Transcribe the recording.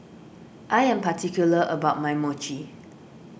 I am particular about my Mochi